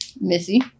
Missy